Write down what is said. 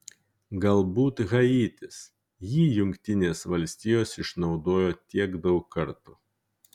galbūt haitis jį jungtinės valstijos išnaudojo tiek daug kartų